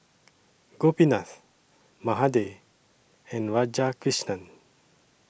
Gopinath Mahade and Radhakrishnan